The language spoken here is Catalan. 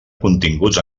continguts